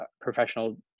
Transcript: professional